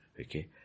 Okay